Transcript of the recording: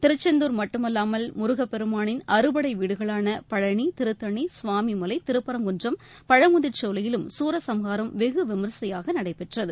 திருச்செந்தூர் மட்டுமல்லாமல் முருகப்பெருமானின் அறுபடை வீடுகளான பழனி திருத்தணி சுவாமி மலை திருப்பரங்குன்றம் பழமுதிர்ச்சோலையிலும் சூரசம்ஹாரம் வெகு விமர்சையாக நடைபெற்றது